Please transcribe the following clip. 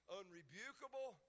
unrebukable